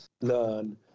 learn